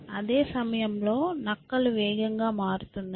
అదే సమయంలో నక్కలు వేగంగా మారుతున్నాయి